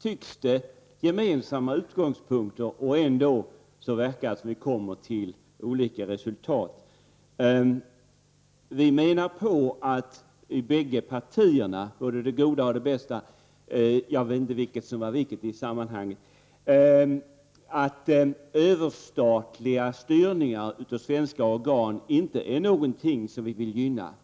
tycks ha gemensamma utgångspunkter men kommer ändå fram till olika resultat. Vi anser båda att det goda och det bästa finns inom våra resp. partier. Jag vet inte vilket som var vilket i sammanhanget. Överstatliga styrningar av svenska organ är inte något som vi vill gynna.